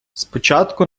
спочатку